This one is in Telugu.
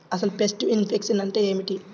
అసలు పెస్ట్ ఇన్ఫెక్షన్ అంటే ఏమిటి?